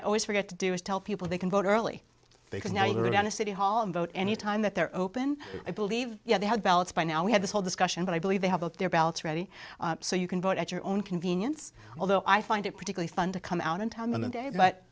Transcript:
i always forget to do is tell people they can vote early because now you're going to city hall and vote any time that they're open i believe yeah they had ballots by now we had this whole discussion but i believe they have their ballots ready so you can vote at your own convenience although i find it particularly fun to come out in time in the day but